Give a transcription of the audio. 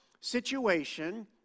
situation